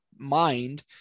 Mind